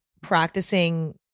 practicing